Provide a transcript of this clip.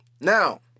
Now